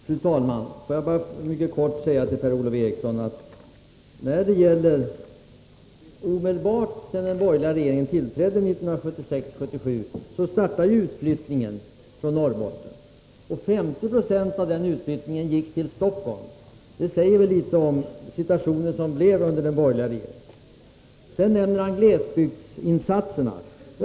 Fru talman! Får jag bara mycket kort säga till Per-Ola Eriksson, att omedelbart efter den borgerliga regeringens tillträde 1976 startade utflyttningen från Norrbotten, och 50 96 av den utflyttningen gick till Stockholm. Det säger väl litet om den situation som uppstod under den borgerliga regeringens tid. Per-Ola Eriksson nämner glesbygdsinsatserna.